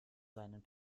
seinen